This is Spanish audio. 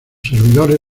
servidores